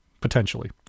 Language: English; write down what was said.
potentially